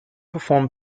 performed